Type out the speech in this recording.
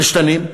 משתנים.